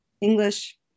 English